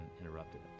interrupted